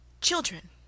children